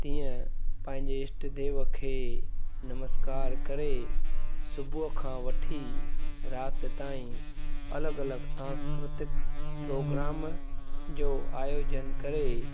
तीअं पंहिंजे इष्टदेव खे नमस्कारु करे सुबुह खां वठी राति ताईं अलॻि अलॻि सांस्कृतिक प्रोग्राम जो आयोजन करे